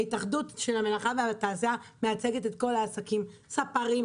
ההתאחדות של המלאכה והתעשייה מייצגת את כל העסקים: ספרים,